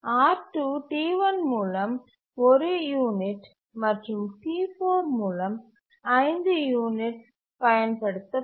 R2 T1 மூலம் 1 unit மற்றும் T4 மூலம் 5 யூனிட்ஸ் பயன்படுத்தப்படுகிறது